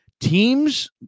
Teams